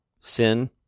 sin